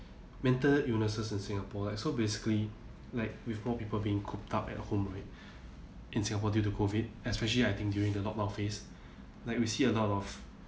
mental illnesses in singapore like so basically like with more people being cooped up at home right in singapore due to COVID especially I think during the lockdown phase like we see a lot of